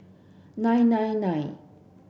nine nine nine